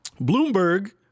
Bloomberg